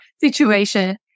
situation